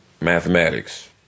Mathematics